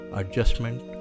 adjustment